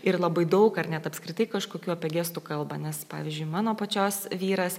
ir labai daug ar net apskritai kažkokių apie gestų kalbą nes pavyzdžiui mano pačios vyras